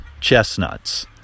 chestnuts